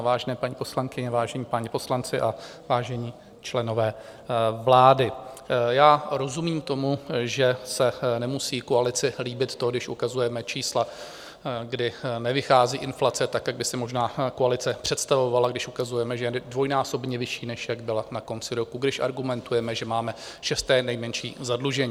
Vážené paní poslankyně, vážení páni poslanci a vážení členové vlády, rozumím tomu, že se nemusí koalici líbit to, když ukazujeme čísla, kdy nevychází inflace tak, jak by si možná koalice představovala, když ukazujeme, že je dvojnásobně vyšší, než jak byla na konci roku, když argumentujeme, že máme šesté nejmenší zadlužení.